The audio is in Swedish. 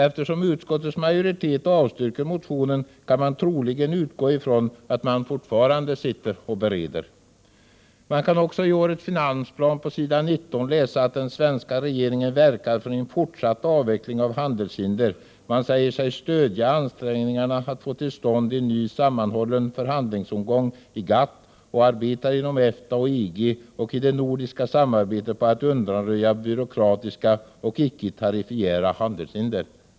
Eftersom utskottets majoritet avstyrker motionen kan vi troligen utgå ifrån att man fortfarande sitter och bereder. Vi kan också i årets finansplan på s. 19 läsa att den svenska regeringen verkar för en fortsatt avveckling av handelshinder. Man säger sig stödja ansträngningarna för att få till stånd en ny sammanhållen förhandlingsomgång i GATT och arbetar inom EFTA och EG och i det nordiska samarbetet på att undanröja byråkratiska och icke-tariffära handelshinder.